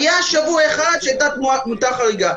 היה שבוע אחד שהייתה תמותה חריגה.